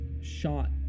shot